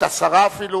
היתה שרה אפילו.